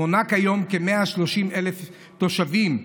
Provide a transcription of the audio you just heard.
המונה כיום כ-130,000 תושבים,